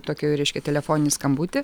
tokioj reiškia telefoninį skambutį